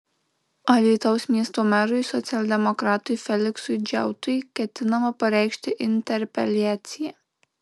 alytaus miesto merui socialdemokratui feliksui džiautui ketinama pareikšti interpeliaciją